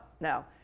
no